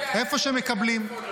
אני יודע --- איפה שמקבלים,